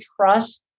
trust